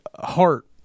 heart